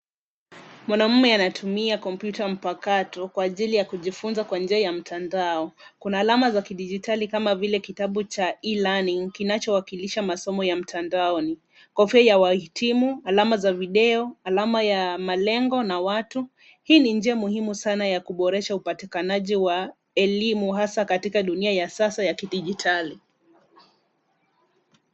Mwanamume anatumia kompyuta mpakato kwa ajili ya kujifunza kwa njia ya mtandao. Kuna alama za kidijitali kama vile kitabu cha e-learning , kinachowakilisha masomo ya mtandaoni, kofia ya wahitimu, alama za video , alama ya malengo na watu. Hii ni njia muhimu sana ya kuboresha upatikanaji wa elimu, hasa katika dunia ya sasa ya kidijitali.